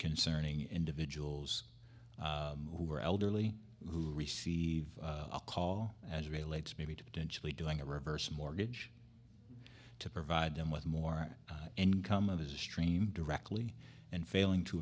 concerning individuals who are elderly who receive a call as relates maybe to potentially doing a reverse mortgage to provide them with more and come of a stream directly and failing to